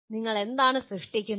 നിങ്ങൾ എന്താണ് സൃഷ്ടിക്കുന്നത്